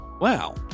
wow